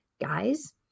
guys